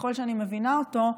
ככל שאני מבינה אותו,